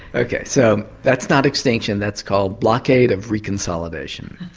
ok, so that's not extinction, that's called blockade of reconsolidation.